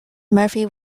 murphy